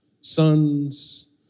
sons